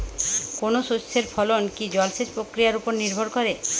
কোনো শস্যের ফলন কি জলসেচ প্রক্রিয়ার ওপর নির্ভর করে?